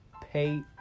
pay